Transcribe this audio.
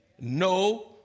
No